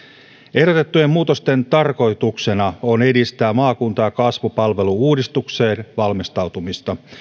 ehdotettujen muutosten tarkoituksena on edistää maakunta ja kasvupalvelu uudistukseen valmistautumista